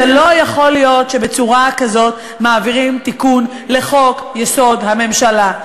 זה לא יכול להיות שבצורה כזאת מעבירים תיקון לחוק-יסוד: הממשלה,